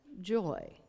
joy